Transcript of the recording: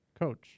coach